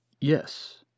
Yes